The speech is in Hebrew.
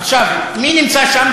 מי נמצא שם?